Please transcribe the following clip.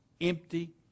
empty